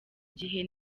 gihe